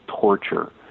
Torture